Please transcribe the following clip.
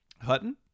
Hutton